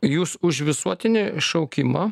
jūs už visuotinį šaukimą